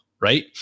Right